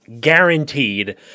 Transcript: guaranteed